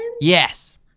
Yes